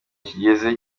kigeze